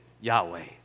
Yahweh